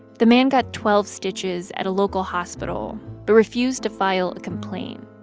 the man got twelve stitches at a local hospital but refused to file a complaint.